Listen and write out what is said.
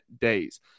days